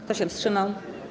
Kto się wstrzymał?